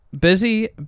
busy